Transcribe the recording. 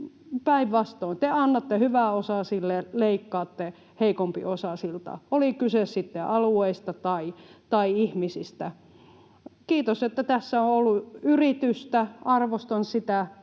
Päinvastoin: te annatte hyväosaisille ja leikkaatte heikompiosaisilta, oli kyse sitten alueista tai ihmisistä. Kiitos, että tässä on ollut yritystä, arvostan sitä.